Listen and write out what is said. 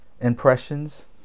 impressions